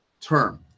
term